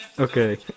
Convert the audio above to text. Okay